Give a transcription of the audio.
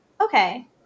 okay